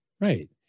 Right